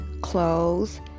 clothes